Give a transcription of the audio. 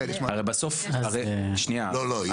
לא, לא.